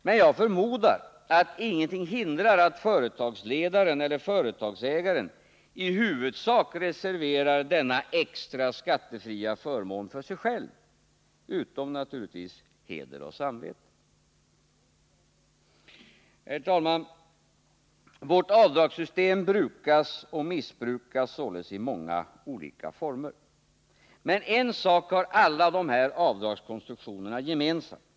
Men jag förmodar att ingenting hindrar att företagsledaren eller företagsägaren i huvudsak reserverar denna extra skattefria förmån för sig själv — naturligtvis utan heder och samvete. Herr talman! Vårt avdragssystem brukas och missbrukas således i många olika former. Men en sak har alla de här avdragskonstruktionerna gemensamt.